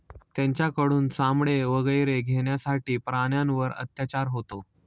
त्यांच्याकडून चामडे वगैरे घेण्यासाठी प्राण्यांवर अत्याचार होतो